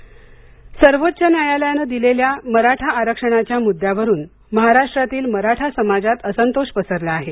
मराठा आरक्षण आंदोलन सर्वोच्च न्यायालयाने दिलेल्या मराठा आरक्षणाच्या मुद्द्यावरून महाराष्ट्रातील मराठा समाजात असंतोष पसरला आहे